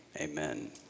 Amen